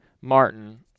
Martin